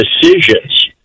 decisions